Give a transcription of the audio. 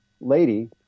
lady